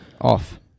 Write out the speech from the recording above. off